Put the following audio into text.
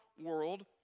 world